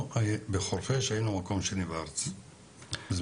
בחורפיש היינו מקום שני בארץ בזמנו,